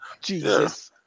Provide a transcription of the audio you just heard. Jesus